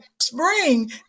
spring